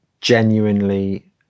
genuinely